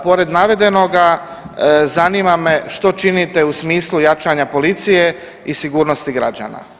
Pored navedenoga zanima me što činite u smislu jačanja policije i sigurnosti građana?